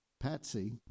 Patsy